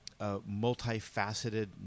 multifaceted